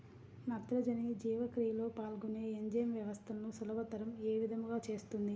నత్రజని జీవక్రియలో పాల్గొనే ఎంజైమ్ వ్యవస్థలను సులభతరం ఏ విధముగా చేస్తుంది?